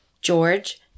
George